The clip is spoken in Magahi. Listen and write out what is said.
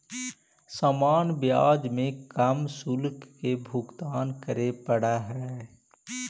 सामान्य ब्याज में कम शुल्क के भुगतान करे पड़ऽ हई